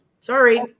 Sorry